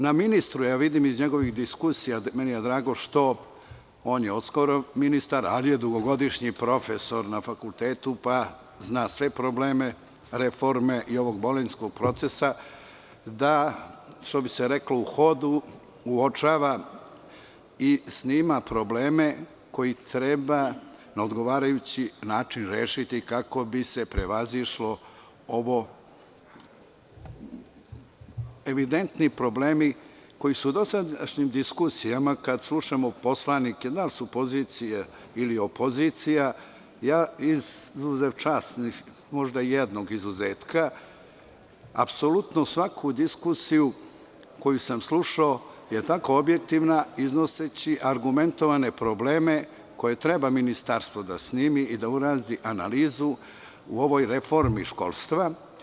Na ministru, vidim iz njegovih diskusija, drago mi je što, on je od skoro ministar, ali je dugogodišnji profesor na fakultetu, pa zna sve probleme i ovog bolonjskog procesa, je da u hodu uočava i snima probleme koje treba na odgovarajući način rešiti, kako bi se prevazišli evidentni problemi koji su u dosadašnjim diskusijama, kada slušamo poslanike, da li su pozicija ili opozicija, ja, izuzev možda jednog izuzetka, apsolutno svaku diskusiju koju sam slušao je objektivna, iznoseći argumentovane probleme koje treba Ministarstvo da snimi i da uradi analizu u ovoj reformi školstva.